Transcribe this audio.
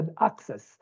access